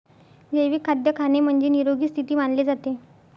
जैविक खाद्य खाणे म्हणजे, निरोगी स्थिती मानले जाते